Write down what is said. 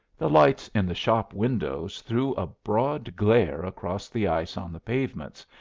the lights in the shop windows threw a broad glare across the ice on the pavements,